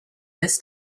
this